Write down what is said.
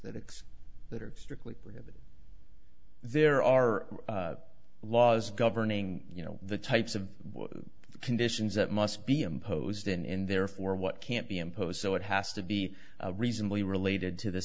that acts that are strictly prohibited there are laws governing you know the types of conditions that must be imposed and therefore what can't be imposed so it has to be reasonably related to the